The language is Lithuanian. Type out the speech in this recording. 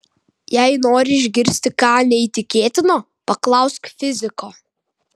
jei nori išgirsti ką neįtikėtino paklausk fiziko